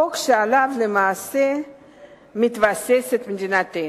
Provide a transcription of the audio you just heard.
חוק שעליו למעשה מתבססת מדינתנו.